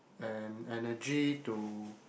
and energy to